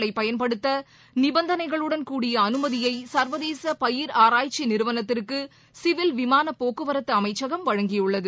வேளாண் பயன்படுத்த நிபந்தளைகளுடன் கூடிய அனுமதியை சர்வதேச பயிர் ஆராய்ச்சி நிறுவனத்திற்கு சிவில் விமானப் போக்குவரத்து அமைச்சகம் வழங்கி உள்ளது